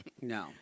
No